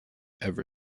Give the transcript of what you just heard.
ever